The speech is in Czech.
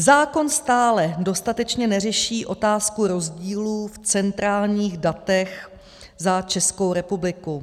Zákon stále dostatečně neřeší otázku rozdílů v centrálních datech za Českou republiku.